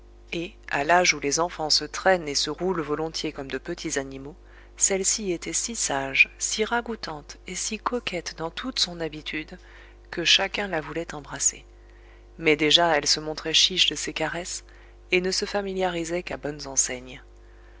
et à l'âge où les enfants se traînent et se roulent volontiers comme de petits animaux celle-ci était si sage si ragoûtante et si coquette dans toute son habitude que chacun la voulait embrasser mais déjà elle se montrait chiche de ses caresses et ne se familiarisait qu'à bonnes enseignes